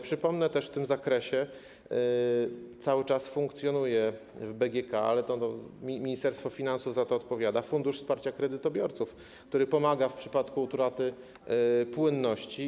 Przypomnę, że w tym zakresie cały czas funkcjonuje w BGK, ale to Ministerstwo Finansów za to odpowiada, Fundusz Wsparcia Kredytobiorców, który pomaga w przypadku utraty płynności.